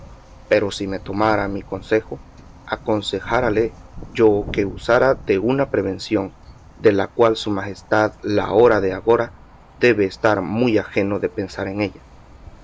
pero si se tomara mi consejo aconsejárale yo que usara de una prevención de la cual su majestad la hora de agora debe estar muy ajeno de pensar en ella